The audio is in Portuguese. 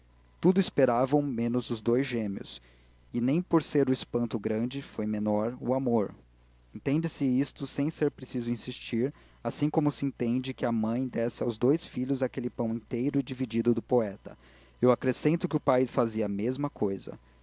tudo esperavam menos os dous gêmeos e nem por ser o espanto grande foi menor o amor entende-se isto sem ser preciso insistir assim como se entende que a mãe desse aos dous filhos aquele pão inteiro e dividido do poeta eu acrescento que o pai fazia a mesma cousa